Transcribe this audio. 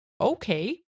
okay